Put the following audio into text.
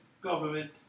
government